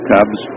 Cubs